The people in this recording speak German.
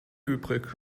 übrig